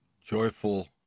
joyful